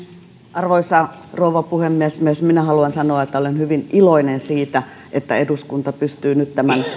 arvoisa rouva puhemies myös minä haluan sanoa että olen hyvin iloinen siitä että eduskunta pystyy nyt tämän